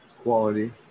quality